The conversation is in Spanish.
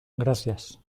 gracias